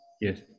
Yes